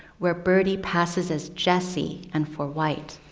where birdie passes as jesse and for white.